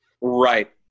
Right